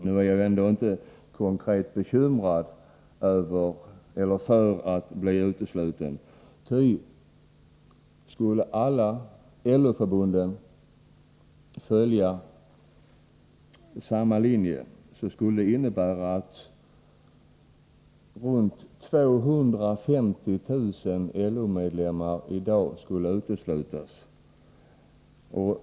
Nu är jag dock inte konkret bekymrad för att bli utesluten, ty om alla LO-förbunden följde samma linje skulle runt 250 000 LO-medlemmar kunna uteslutas.